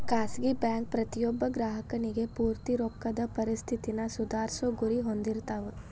ಖಾಸಗಿ ಬ್ಯಾಂಕ್ ಪ್ರತಿಯೊಬ್ಬ ಗ್ರಾಹಕನಿಗಿ ಪೂರ್ತಿ ರೊಕ್ಕದ್ ಪರಿಸ್ಥಿತಿನ ಸುಧಾರ್ಸೊ ಗುರಿ ಹೊಂದಿರ್ತಾವ